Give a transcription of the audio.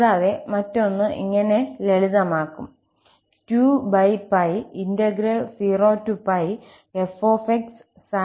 കൂടാതെ മറ്റൊന്ന് ഇങ്ങനെ ലളിതമാക്കും 20f sin nx dx